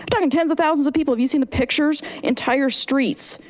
um talking tens of thousands of people. have you seen the pictures entire streets?